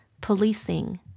policing